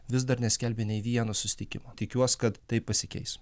vis dar neskelbia nei vieno susitikimo tikiuosi kad tai pasikeis